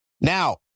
Now